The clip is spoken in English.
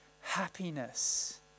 happiness